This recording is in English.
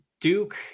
Duke